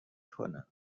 کنم